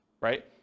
right